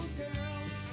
girls